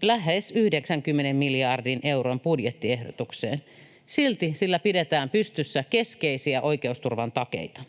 lähes 90 miljardin euron budjettiehdotukseen, silti sillä pidetään pystyssä keskeisiä oikeusturvan takeita.